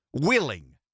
willing